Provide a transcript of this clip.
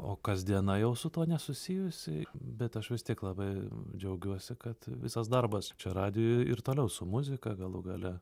o kasdiena jau su tuo nesusijusi bet aš vis tiek labai džiaugiuosi kad visas darbas čia radijuj ir toliau su muzika galų gale